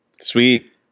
sweet